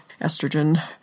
estrogen